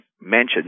mentioned